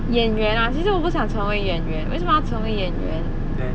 演员啊其实我不想成为演员为什么要成为演员